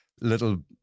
little